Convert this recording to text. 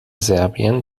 serbien